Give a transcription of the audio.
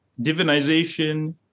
divinization